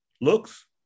looks